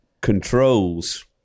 controls